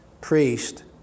priest